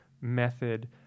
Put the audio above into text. method